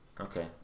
Okay